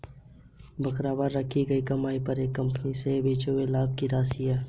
बरकरार रखी गई कमाई एक कंपनी के बचे हुए लाभ की राशि है